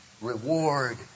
reward